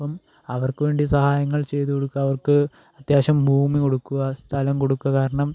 അപ്പം അവർക്കു വേണ്ടി സഹായങ്ങൾ ചെയ്തു കൊടുക്കുക അവർക്ക് അത്യാവശ്യം ഭൂമി കൊടുക്കുക സ്ഥലം കൊടുക്കുക കാരണം